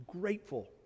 grateful